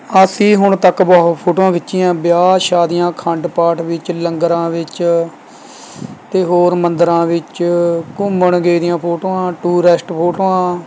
ਅਸੀਂ ਹੁਣ ਤੱਕ ਬਹੁਤ ਫੋਟੋਆਂ ਖਿੱਚੀਆਂ ਵਿਆਹ ਸ਼ਾਦੀਆਂ ਅਖੰਡ ਪਾਠ ਵਿੱਚ ਲੰਗਰਾਂ ਵਿੱਚ ਅਤੇ ਹੋਰ ਮੰਦਰਾਂ ਵਿੱਚ ਘੁੰਮਣ ਗਏ ਦੀਆਂ ਫੋਟੋਆਂ ਟੂਰੈਸਟ ਫੋਟੋਆਂ